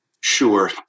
Sure